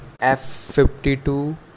f52